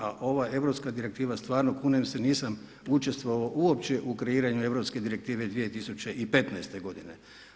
A ova europska direktiva stvarno kunem se nisam učestvovao uopće u kreiranju Europske direktive 2015. godine.